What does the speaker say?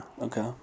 Okay